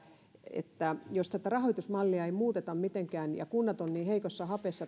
että jos tätä rahoitusmallia ei muuteta mitenkään kun kunnat ovat niin heikossa hapessa